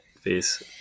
face